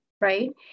right